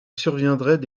surviendraient